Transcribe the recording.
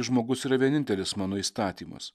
žmogus yra vienintelis mano įstatymas